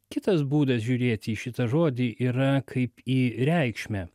kitas būdas žiūrėti į šitą žodį yra kaip į reikšmę